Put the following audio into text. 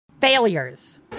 Failures